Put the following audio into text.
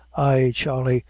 ay, charley,